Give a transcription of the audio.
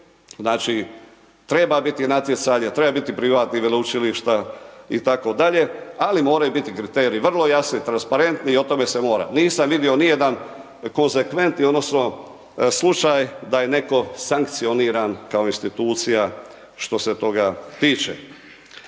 znači treba biti natjecanja, treba biti privatnih veleučilišta itd., ali moraju biti kriteriji i transparentni i o tome se mora. Nisam vidio nijedan konzekventni odnosno slučaj da je netko sankcioniran kao institucija što se toga tiče.